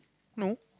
no